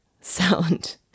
sound